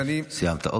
סיימת?